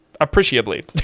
Appreciably